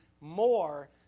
more